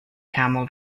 camel